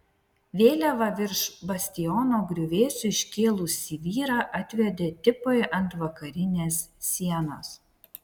vėliavą virš bastiono griuvėsių iškėlusį vyrą atvedė tipui ant vakarinės sienos